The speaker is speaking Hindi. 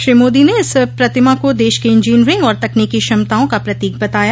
श्री मादी ने इस प्रतिमा को देश की इंजीनियरिंग और तकनीकी क्षमताओं का प्रतीक बताया